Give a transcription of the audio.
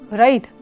right